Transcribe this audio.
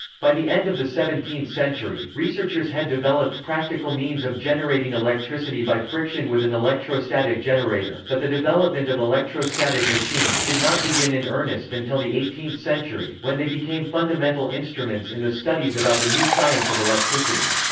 by the end of the seventeenth century, researchers had developed practical means of generating electricity by friction with an electrostatic generator, but the development of electrostatic machines did not begin in earnest until the eighteenth century, when they became fundamental instruments in the studies about the new science of electricity.